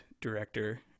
director